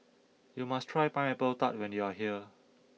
you must try Pineapple Tart when you are here